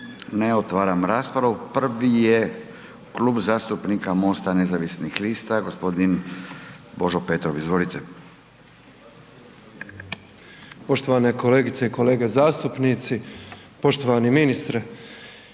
Ne, otvaram raspravu. Prvi je Klub zastupnika MOST-a nezavisnih lista, g. Božo Petrov, izvolite. **Petrov, Božo (MOST)** Poštovane kolegice i kolege zastupnici, poštovani ministre.